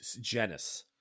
genus